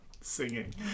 singing